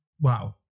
Wow